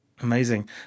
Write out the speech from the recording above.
amazing